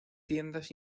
tiendas